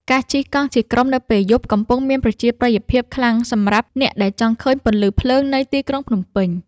ការជិះកង់ជាក្រុមនៅពេលយប់ កំពុងមានប្រជាប្រិយភាពខ្លាំងសម្រាប់អ្នកដែលចង់ឃើញពន្លឺភ្លើងនៃទីក្រុងភ្នំពេញ។